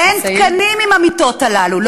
שאין תקנים עם המיטות הללו.